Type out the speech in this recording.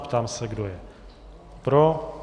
Ptám se, kdo je pro.